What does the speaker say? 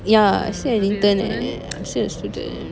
ya I still an intern eh I'm still a student